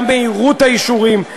גם מהירות האישורים,